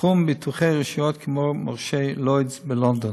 לתחום ביטוחי רשויות, כמו מורשי לוידס בלונדון.